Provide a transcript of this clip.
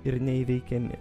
ir neįveikiami